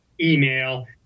email